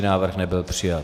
Návrh nebyl přijat.